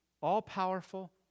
all-powerful